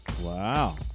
Wow